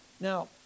Now